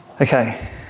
Okay